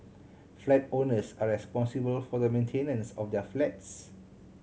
flat owners are responsible for the maintenance of their flats